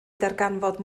darganfod